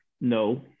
no